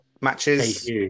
matches